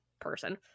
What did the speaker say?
person